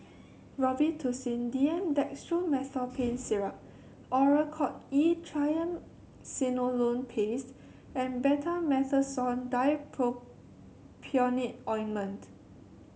Robitussin D M Dextromethorphan Syrup Oracort E Triamcinolone Paste and Betamethasone Dipropionate Ointment